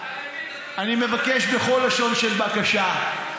אני מבקש בכל לשון של בקשה,